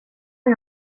och